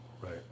right